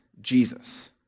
Jesus